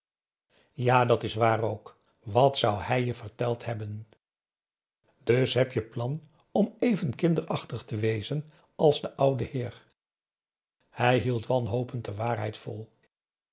ja dat is waar ook wat zou hij je verteld hebben dus heb je plan om even kinderachtig te wezen als de oude heer hij hield wanhopend de waarheid vol